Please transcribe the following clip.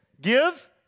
give